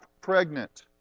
pregnant